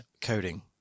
coding